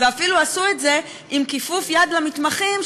ואפילו עשו את זה עם כיפוף יד למתמחים,